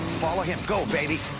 follow him, go baby.